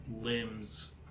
limbs